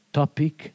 topic